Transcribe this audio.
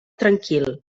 tranquil